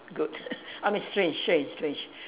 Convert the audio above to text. good I mean strange strange strange